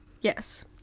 Yes